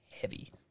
heavy